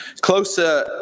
Closer